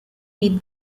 with